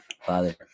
Father